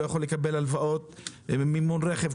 לא יכול לקבל הלוואות למימון רכב,